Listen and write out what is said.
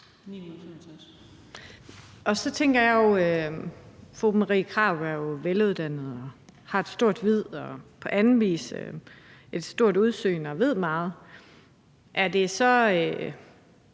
og så tænker jeg: Fru Marie Krarup er jo veluddannet og har et stort vid og på anden vis et stort udsyn og ved meget. Er det så